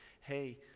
hey